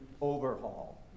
overhaul